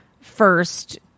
first